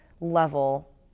level